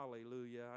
Hallelujah